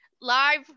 live